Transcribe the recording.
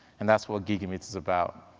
and that's what gigameet is about.